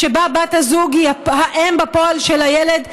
שבה בת הזוג היא האם בפועל של הילד,